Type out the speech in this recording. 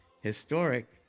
historic